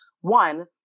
one